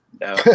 No